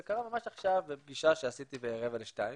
וזה קרה ממש עכשיו בפגישה שעשיתי ב-13:45,